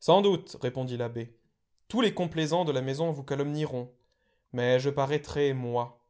sans doute répondit l'abbé tous les complaisants de la maison vous calomnieront mais je paraîtrai moi